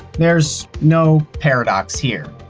there's no paradox here,